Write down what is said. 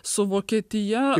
su vokietija